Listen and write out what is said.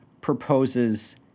proposes